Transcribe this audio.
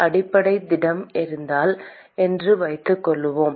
அடிப்படை திடம் இருந்தால் என்று வைத்துக்கொள்வோம்